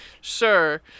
Sure